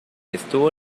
estuvo